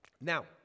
Now